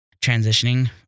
transitioning